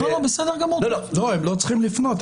הם לא צריכים לפנות.